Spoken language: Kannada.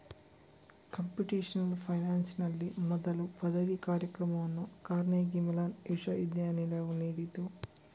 ಕಂಪ್ಯೂಟೇಶನಲ್ ಫೈನಾನ್ಸಿನಲ್ಲಿ ಮೊದಲ ಪದವಿ ಕಾರ್ಯಕ್ರಮವನ್ನು ಕಾರ್ನೆಗೀ ಮೆಲಾನ್ ವಿಶ್ವವಿದ್ಯಾಲಯವು ನೀಡಿತು